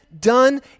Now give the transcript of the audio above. done